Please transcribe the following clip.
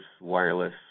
wireless